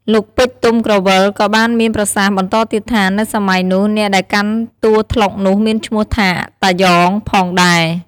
លោក ពេជ្រ ទុំក្រវ៉ិល ក៏បានមានប្រសាសន៍បន្តទៀតថា នៅសម័យនោះ អ្នកដែលកាន់តួត្លុកនោះមានឈ្មោះថា “តាយ៉ង” ផងដែរ ។